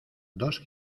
dos